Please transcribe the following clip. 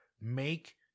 Make